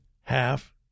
half